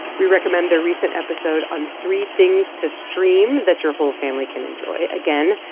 we recommend their recent episode on three things to stream that your whole family can enjoy. again,